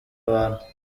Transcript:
abantu